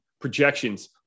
projections